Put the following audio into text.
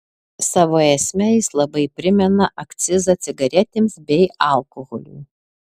savo esme jis labai primena akcizą cigaretėms bei alkoholiui